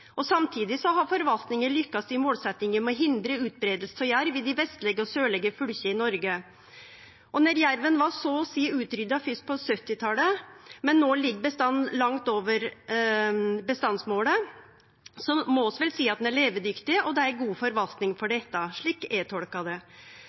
Samtidig har forvaltninga lykkast i målsetjinga om å hindre utbreiing av jerv i dei vestlege og sørlege fylka i Noreg. Når jerven var så å seie utrydda fyrst på 1970-talet, og bestanden no ligg langt over bestandsmålet, må vi vel seie at han er levedyktig, og at det er god forvaltning for